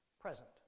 present